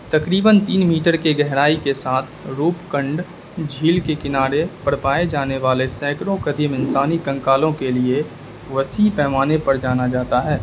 تقریباً تین میٹر کے گہرائی کے ساتھ روپ کنڈ جھیل کے کنارے پر پائے جانے والے سیکڑوں قدیم انسانی کنکالوں کے لیے وسیع پیمانے پر جانا جاتا ہے